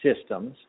systems